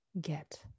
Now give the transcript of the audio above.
get